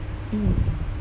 mm